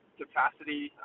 capacity